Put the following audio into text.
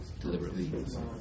deliberately